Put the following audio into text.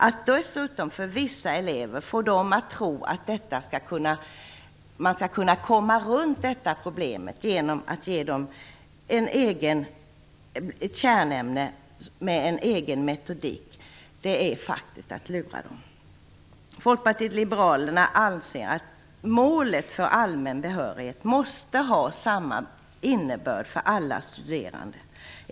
Att dessutom få vissa elever att tro att man skall kunna komma runt problemet genom att göra ämnet till kärnämne med egen metodik är faktiskt att lura dem. Folkpartiet liberalerna anser att målet för allmän behörighet måste ha samma innebörd för alla studerande.